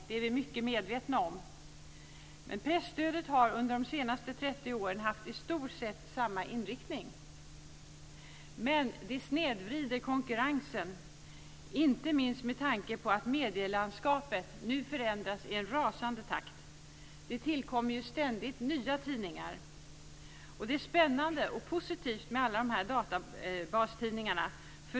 Det är vi mycket medvetna om. Presstödet har under de senaste 30 åren haft i stort sett samma inriktning, men det snedvrider konkurrensen, inte minst med tanke på att medielandskapet nu förändras i rasande takt. Det tillkommer ständigt nya tidningar. Det är spännande och positivt med alla dessa databastidningar.